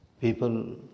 People